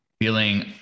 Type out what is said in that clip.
feeling